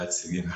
להציג.